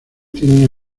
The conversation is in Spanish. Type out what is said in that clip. tienen